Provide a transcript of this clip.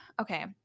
okay